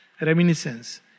reminiscence